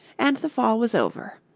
and the fall was over.